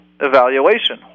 evaluation